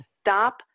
stop